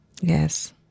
Yes